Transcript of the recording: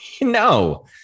No